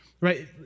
right